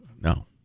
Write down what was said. no